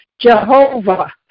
Jehovah